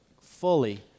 fully